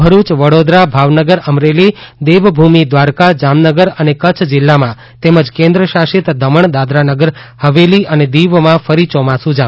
ભરૂચ વડોદરા ભાવનગર અમરેલી દેવભૂમિ દ્વારકા જામનગર અને કચ્છ જીલ્લામાં તેમજ કેન્દ્રશાસિત દમણ દાદરાનગર હવેલી અને દિવમાં ફરી યોમાસુ જામ્યું છે